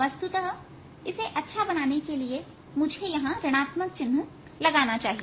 वस्तुतः इसे अच्छा बनाने के लिए मुझे यहां ऋण आत्मक चिन्ह लगाना चाहिए